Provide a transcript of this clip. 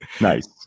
Nice